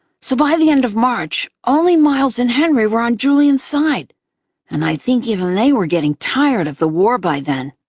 so by the end of march, only miles and henry were on julian's side and i think even they were getting tired of the war by then.